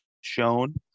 shown